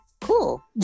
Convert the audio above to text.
Cool